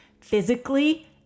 physically